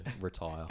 retire